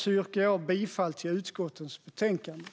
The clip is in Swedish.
Jag yrkar därmed bifall till utskottets förslag i betänkandet.